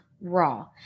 Raw